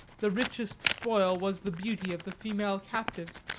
the richest spoil was the beauty of the female captives,